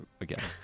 again